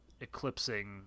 eclipsing